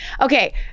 Okay